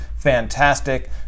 Fantastic